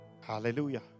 Hallelujah